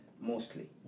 mostly